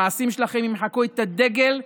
המעשים שלכם ימחקו את הדגל וההמנון,